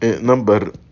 Number